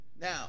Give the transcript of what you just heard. Now